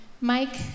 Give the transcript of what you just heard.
Mike